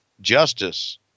justice